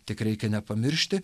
tik reikia nepamiršti